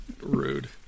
Rude